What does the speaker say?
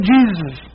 Jesus